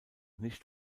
nicht